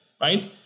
right